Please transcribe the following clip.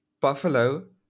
Buffalo